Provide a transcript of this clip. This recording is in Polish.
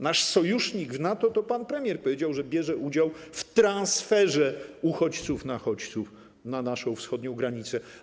Nasz sojusznik w NATO - pan premier powiedział, że bierze udział w transferze uchodźców-nachodźców na naszą wschodnią granicę.